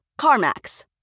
CarMax